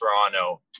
Toronto